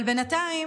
אבל בינתיים